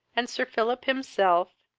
and sir philip himself,